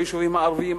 ביישובים הערביים,